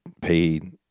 paid